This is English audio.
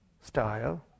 style